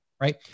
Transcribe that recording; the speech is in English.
right